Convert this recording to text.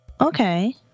Okay